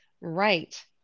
right